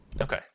Okay